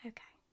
Okay